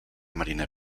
marina